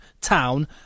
town